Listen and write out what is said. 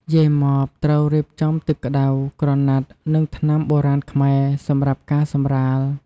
យាយម៉៉បត្រូវរៀបចំទឹក្ដៅ ក្រណាត់ និងថ្នាំបុរាណខ្មែរ សម្រាប់ការសម្រាល។